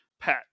Pat